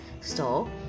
store